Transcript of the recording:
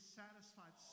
satisfied